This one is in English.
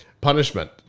punishment